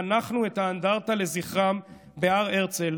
חנכנו את האנדרטה לזכרם בהר הרצל,